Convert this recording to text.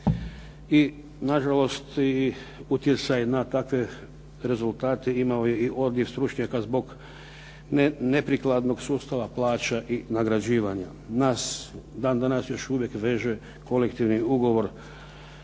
Na žalost, utjecaj na takve rezultate imao je i … stručnjaka zbog neprikladnog sustava plaća i nagrađivanja. Nas dan danas još uvijek veže ugovor